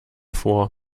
vor